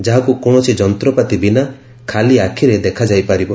ଯାହାକୁ କୌଣସି ଯନ୍ତ୍ରପାତି ବିନା ଖାଲି ଆଖିରେ ଦେଖାଯାଇ ପାରିବ